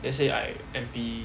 let's say I N_P